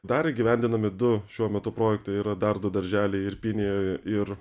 dar įgyvendinami du šiuo metu projektai yra dar du darželiai irpynėje ir